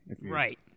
Right